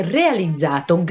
realizzato